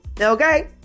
okay